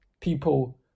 people